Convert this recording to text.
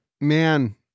Man